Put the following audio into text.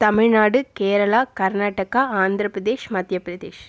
Tamil Nadu Kerala Karnataka Andhra Pradesh Madhya Pradesh